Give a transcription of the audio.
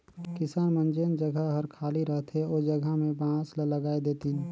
किसान मन जेन जघा हर खाली रहथे ओ जघा में बांस ल लगाय देतिन